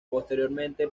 posteriormente